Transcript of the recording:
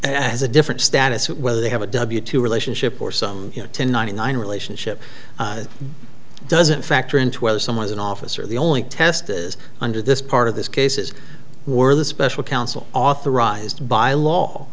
has a different status whether they have a w two relationship or some you know ten ninety nine relationship doesn't factor into whether someone's an officer the only test is under this part of this case is were the special counsel authorized by law